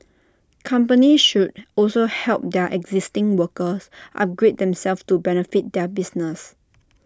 companies should also help their existing workers upgrade themselves to benefit their business